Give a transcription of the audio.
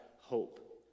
hope